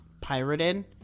pirated